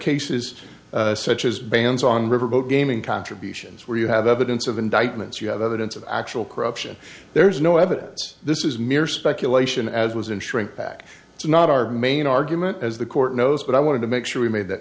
cases such as bans on riverboat gaming contributions where you have evidence of indictments you have evidence of actual corruption there's no evidence this is mere speculation as was in shrink back it's not our main argument as the court knows but i wanted to make sure we made that